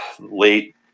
late